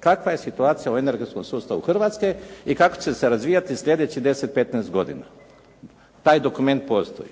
kakva je situacija u energetskom sustavu Hrvatske i kako će se razvijati slijedećih 10, 15 godina. Taj dokument postoji.